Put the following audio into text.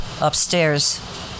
upstairs